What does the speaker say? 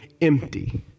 empty